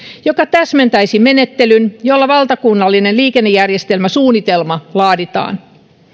joka täsmentäisi menettelyn jolla valtakunnallinen liikennejärjestelmäsuunnitelma laaditaan